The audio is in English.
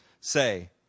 say